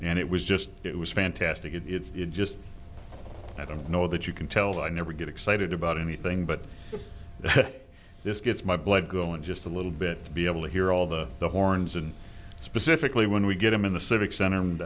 and it was just it was fantastic and it's just i don't know that you can tell i never get excited about anything but this gets my blood going just a little bit to be able to hear all the horns and specifically when we get them in the civic center and